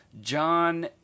John